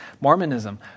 Mormonism